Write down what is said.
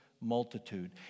multitude